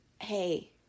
hey